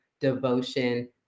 devotion